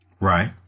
right